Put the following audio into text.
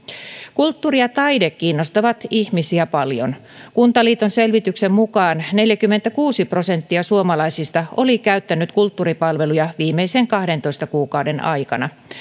kulttuuri ja taide kiinnostavat ihmisiä paljon kuntaliiton selvityksen mukaan neljäkymmentäkuusi prosenttia suomalaisista oli käyttänyt kulttuuripalveluja viimeisen kahdentoista kuukauden aikana